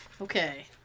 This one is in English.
Okay